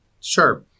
Sure